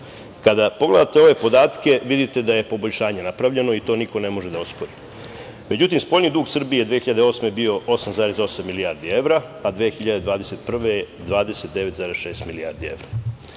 evra. Kada pogledate ove podatke, vidite da je poboljšanje napravljeno, i to niko ne može da ospori. Međutim, spoljni dug Srbije 2008. godine je bio 8,8 milijardi evra, a 2021. godine je 29,6 milijardi evra. Sada,